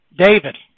David